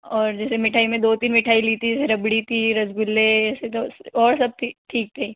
और जैसे मिठाई में दो तीन मिठाई ली थी जैसे रबड़ी थी रसगुल्ले ऐसे तो और सब ठीक ठीक थी